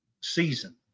season